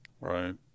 Right